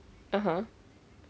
(uh huh)